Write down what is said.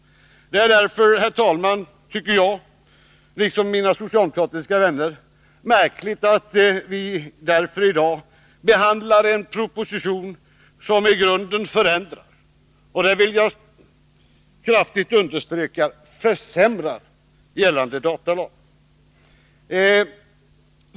Det är därför märkligt, tycker jag och mina socialdemokratiska vänner, att vi i dag behandlar en proposition som i grunden förändrar och — det vill jag kraftigt understryka — försämrar gällande datalag.